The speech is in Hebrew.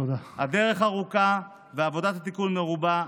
הדרך ארוכה ועבודת התיקון מרובה.